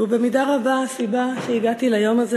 והוא במידה רבה סיבה שהגעתי ליום הזה